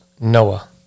Noah